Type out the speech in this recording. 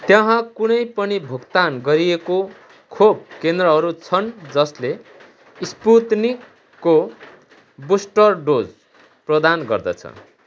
त्यहाँ कुनै पनि भुक्तान गरिएको खोप केन्द्रहरू छन् जसले स्पुत्निकको बुस्टर डोज प्रदान गर्दछ